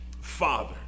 father